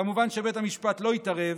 כמובן, בית המשפט לא התערב,